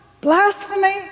blasphemy